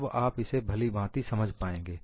तब आप इसे भली भांति समझ पाएंगे